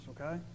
okay